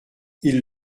ils